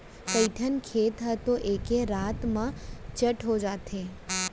कइठन खेत ह तो एके रात म चट हो जाथे